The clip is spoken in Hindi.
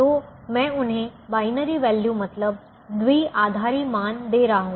तो मैं उन्हें बायनरी वैल्यू मतलब द्विआधारी मान दे रहा हूं